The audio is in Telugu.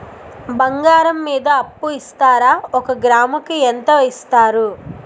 బంగారం మీద అప్పు ఇస్తారా? ఒక గ్రాము కి ఎంత ఇస్తారు?